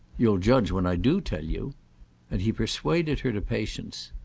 you'll judge when i do tell you and he persuaded her to patience.